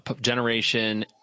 Generation